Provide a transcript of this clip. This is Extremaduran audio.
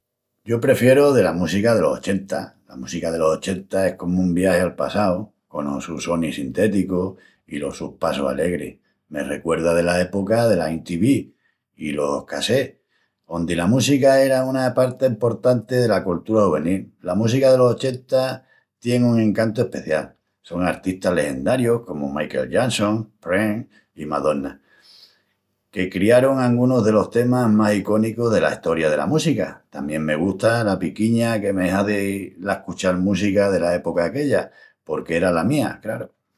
Yo prefieru dela música delos ochenta. La música delos ochenta es comu un viagi al passau, conos sus sonis sintéticus i los sus passus alegris. Me recuerda dela epoca dela MTV i los cassés, ondi la música era una parti emportanti dela coltura juvenil. La música delos ochenta tien un encantu especial. Son artistas legendarius comu Michael Jackson, Prince i Madonna, que criarun angunus delos temas más icónicus dela estoria dela música. Tamién me gusta la piquiña que me hazi l'ascuchal música dela epoca aquella, porque era la mía, craru.